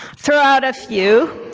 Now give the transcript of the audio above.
throw out a few.